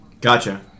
Gotcha